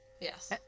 Yes